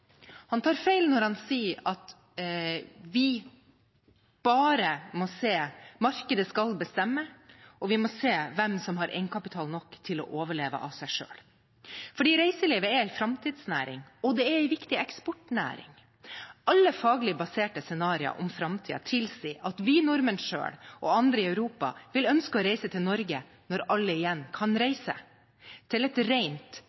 Han tar feil når han sier at markedet skal bestemme, og at vi må se hvem som har egenkapital nok til å overleve av seg selv. For reiselivet er en framtidsnæring, og det er en viktig eksportnæring. Alle faglig baserte scenarioer om framtiden tilsier at vi nordmenn selv og andre i Europa vil ønske å reise i Norge når alle igjen kan reise – til et